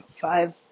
five